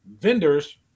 vendors